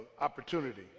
opportunity